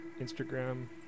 instagram